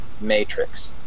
matrix